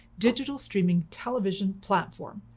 digital streaming television platform.